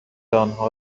آنها